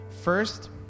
first